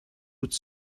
would